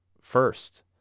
first